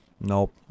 Nope